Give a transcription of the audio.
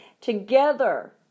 Together